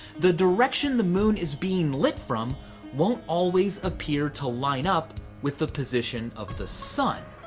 the direction the moon is being lit from won't always appear to line up with the position of the sun.